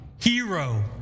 hero